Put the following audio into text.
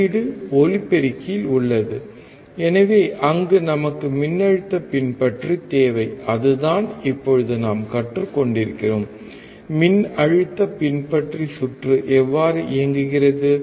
வெளியீடு ஒலிபெருக்கியில் உள்ளது எனவே அங்கு நமக்கு மின்னழுத்த பின்பற்றித் தேவை அதுதான் இப்போது நாம் கற்றுக் கொண்டிருக்கிறோம் மின்னழுத்த பின்பற்றிச் சுற்று எவ்வாறு இயங்குகிறது